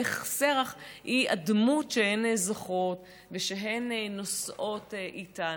איך שרח היא הדמות שהן זוכרות ושהן נושאות איתן?